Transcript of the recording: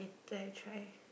then I try